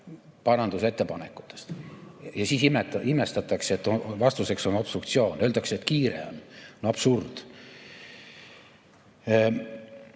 parandusettepanekuteks. Ja siis imestatakse, et vastuseks on obstruktsioon. Öeldakse, et kiire on. Absurd!